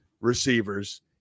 receivers